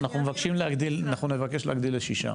הוא כבר מכיר,